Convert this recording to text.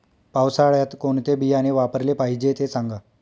पावसाळ्यात कोणते बियाणे वापरले पाहिजे ते सांगा